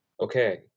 Okay